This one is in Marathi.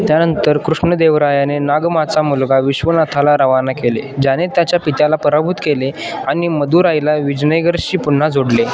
त्यानंतर कृष्णदेवरायाने नागमाचा मुलगा विश्वनाथाला रवाना केले ज्याने त्याच्या पित्याला पराभूत केले आणि मदुराईला विजनयगरशी पुन्हा जोडले